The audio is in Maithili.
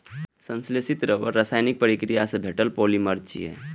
संश्लेषित रबड़ रासायनिक प्रतिक्रिया सं भेटल पॉलिमर छियै